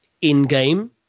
in-game